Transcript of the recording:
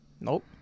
Nope